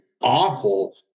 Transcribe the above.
awful